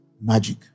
magic